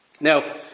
Now